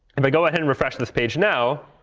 if i go ahead and refresh this page now,